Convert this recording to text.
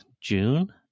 June